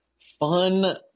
fun